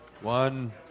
One